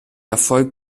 erfolg